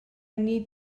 need